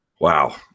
Wow